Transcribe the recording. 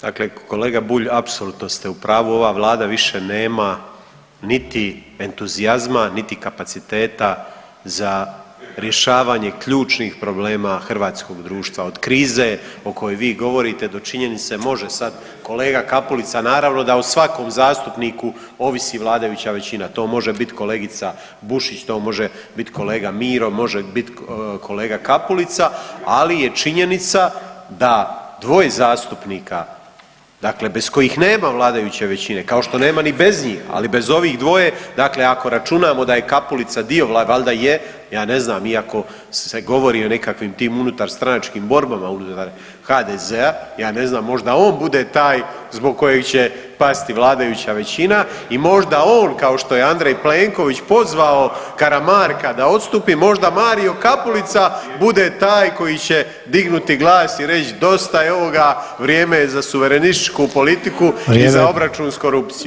Dakle, kolega Bulj apsolutno ste u pravu ova vlada više nema niti entuzijazma, niti kapaciteta za rješavanje ključnih problema hrvatskog društva, od krize o kojoj vi govorite do činjenice, može sad kolega Kapulica naravno da o svakom zastupniku ovisi vladajuća većina, to može biti kolegica Bušić, to može biti kolega Miro, može biti kolega Kapulica, ali je činjenica da dvoje zastupnika, dakle bez kojih nema vladajuće većine kao što nema ni bez njih, ali bez ovih dvoje, dakle ako računamo da je Kapulica dio valjda je, ja ne znam iako se govori o nekakvim tim unutarstranačkim borbama unutar HDZ-a, ja ne znam možda on bude taj zbog kojeg će pasti vladajuća većina i možda on kao što je Andrej Plenković pozvao Karamarka da odstupi, možda Mario Kapulica bude taj koji će dignuti glas i reći dosta je ovoga vrijeme je za suverenističku politiku [[Upadica: Vrijeme.]] i za obračun s korupcijom.